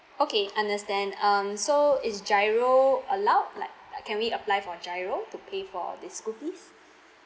okay understand um so is GIRO allowed like like can we apply for GIRO to pay for this school fees